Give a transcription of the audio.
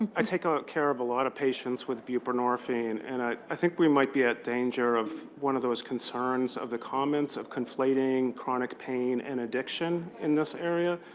i take um care of a lot of patients with buprenorphine. and i i think we might be at danger of one of those concerns of the comments of conflating chronic pain and addiction in this area.